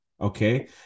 Okay